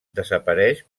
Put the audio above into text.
desapareix